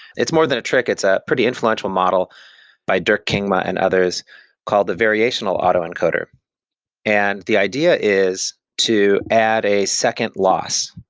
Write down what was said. it's more than a trick, it's a pretty influential model by dirk kingma and others called the variational autoencoder and the idea is to add a second loss.